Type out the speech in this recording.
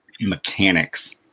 mechanics